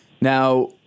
Now